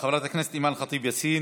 חברת הכנסת אימאן ח'טיב יאסין,